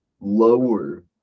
lower